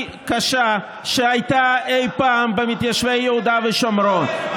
קשה שהייתה אי פעם במתיישבי יהודה ושומרון,